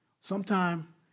sometime